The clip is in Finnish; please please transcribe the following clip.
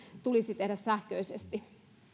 tulisi tehdä sähköisesti